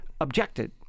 objected